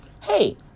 hey